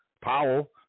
Powell